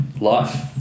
life